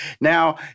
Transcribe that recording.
Now